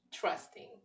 trusting